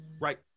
right